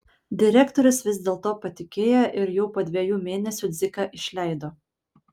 direktorius vis dėl to patikėjo ir jau po dviejų mėnesių dziką išleido